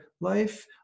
life